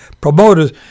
promoters